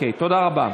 תודה רבה.